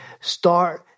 start